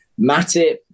Matip